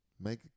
make